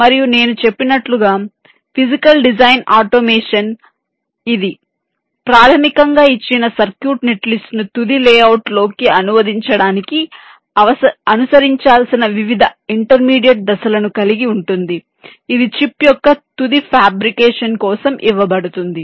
మరియు నేను చెప్పినట్లు గా ఫిజికల్ డిజైన్ ఆటోమేషన్ ఇది ప్రాథమికంగా ఇచ్చిన సర్క్యూట్ నెట్ లిస్ట్ను తుది లేఅవుట్లోకి అనువదించడానికి అనుసరించాల్సిన వివిధ ఇంటర్మీడియట్ దశలను కలిగి ఉంటుంది ఇది చిప్ యొక్క తుది ఫాబ్రికేషన్ కోసం ఇవ్వబడుతుంది